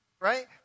Right